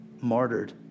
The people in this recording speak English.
martyred